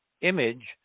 image